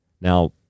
Now